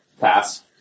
pass